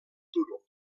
turó